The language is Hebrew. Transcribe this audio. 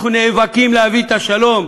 אנחנו נאבקים להביא את השלום.